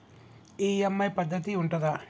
EMI పద్ధతి ఉంటదా?